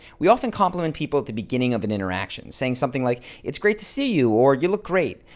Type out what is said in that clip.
we often compliment people at the beginning of an interaction saying something like, it's great to see you or you look great.